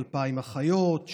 2,000 אחיות,